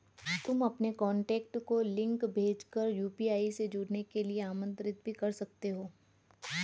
तुम अपने कॉन्टैक्ट को लिंक भेज कर यू.पी.आई से जुड़ने के लिए आमंत्रित भी कर सकते हो